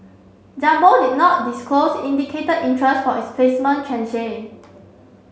jumbo did not disclose indicated interest for its placement tranche